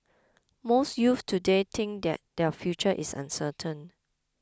most youths today think that their future is uncertain